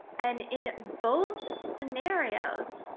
and in both scenarios,